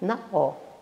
na o